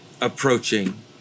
approaching